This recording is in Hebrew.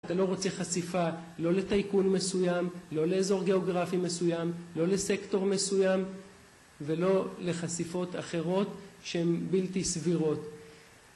אתה לא רוצה חשיפה לא לטייקון מסוים, לא לאזור גיאוגרפי מסוים, לא לסקטור מסוים ולא לחשיפות אחרות שהן בלתי סבירות.